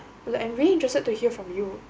like I'm really interested to hear from you